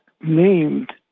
named